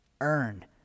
earn